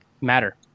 matter